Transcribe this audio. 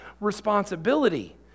responsibility